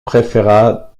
préféra